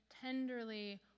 tenderly